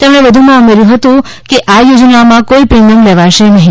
તેમણે વધુમાં ઉમેર્યું હતું કે આ યોજનામાં કોઇ પ્રીમીયમ લેવાશે નહી